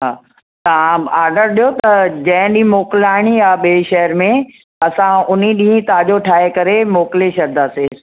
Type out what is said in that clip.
हा तव्हां ऑर्डर ॾियो त जंहिं ॾींहं मोकिलाइणी आहे ॿिए शहर में असां उन ॾींहुं ताज़ो ठाहे करे मोकिले छॾींदासीं